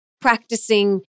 practicing